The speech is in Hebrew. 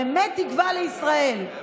באמת תקווה לישראל.